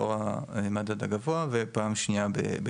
לאור המדד הגבוה ופעם שנייה,